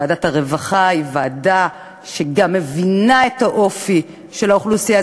שוועדת הרווחה היא ועדה שמבינה את האופי של האוכלוסייה,